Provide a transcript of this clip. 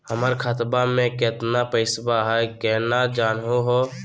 हमर खतवा मे केतना पैसवा हई, केना जानहु हो?